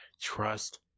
Trust